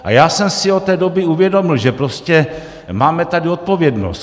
A já jsem si od té doby uvědomil, že máme tady odpovědnost.